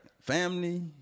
family